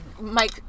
Mike